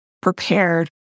prepared